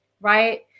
right